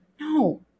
No